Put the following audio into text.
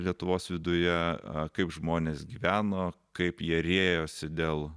lietuvos viduje kaip žmonės gyveno kaip jie riejosi dėl